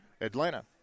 Atlanta